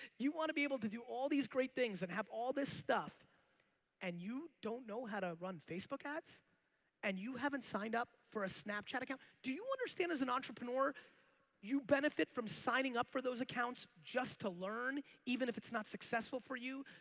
you want to be able to do all these great things and have all this stuff and you don't know how to run facebook ads and you haven't signed up for a snapchat account. do you understand as an entrepreneur you benefit from signing up for those accounts just to learn even if it's not successful for you.